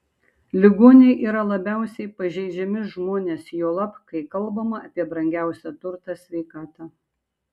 ligoniai yra labiausiai pažeidžiami žmonės juolab kai kalbama apie brangiausią turtą sveikatą